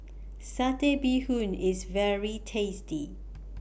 Satay Bee Hoon IS very tasty